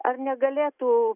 ar negalėtų